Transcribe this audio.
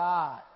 God